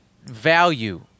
value